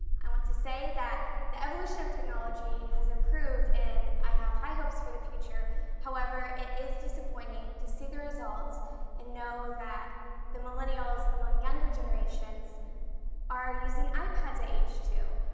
i want to say that the evolution of technology has improved and i have high hopes for the future however, it is disappointing to see the results and know that the millennials among younger generations are using ipads at age two,